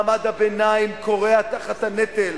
מעמד הביניים כורע תחת הנטל.